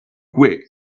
quick